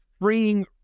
freeing